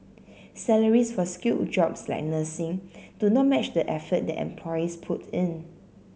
salaries for skilled jobs like nursing do not match the effort that employees put in